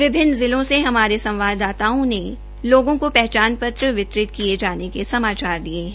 विभिन्न जिलों से हमारे संवाददाताओं ने लोगों को पहचान पत्र वितरित किये जाने का समाचार दिये है